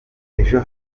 ejo